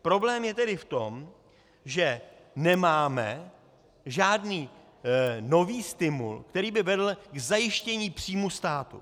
Problém je tedy v tom, že nemáme žádný nový stimul, který by vedl k zajištění příjmů státu.